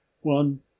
one